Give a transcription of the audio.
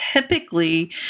typically